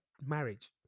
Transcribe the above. Marriage